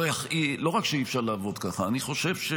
לא רק שאי-אפשר לעבוד ככה, אני חושב,